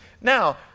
now